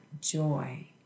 joy